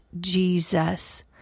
Jesus